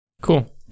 Cool